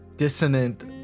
dissonant